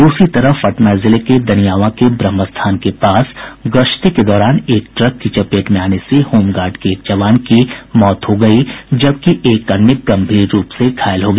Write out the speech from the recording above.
दूसरी तरफ पटना जिले के दनियावां के ब्रह्मस्थान के पास गश्ती के दौरान एक ट्रक की चपेट में आने से होम गार्ड के एक जवान की मौत हो गई जबकि एक अन्य गंभीर रूप से घायल हो गया